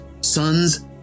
sons